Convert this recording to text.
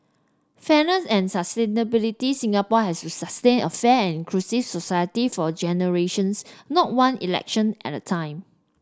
fairness and sustainability Singapore has to sustain a inclusive society for generations not one election at a time